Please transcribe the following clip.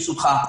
ברשותך.